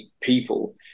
people